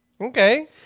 Okay